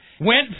went